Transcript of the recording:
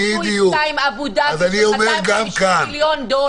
עשו עסקה עם אבו דאבי במיליון דולר,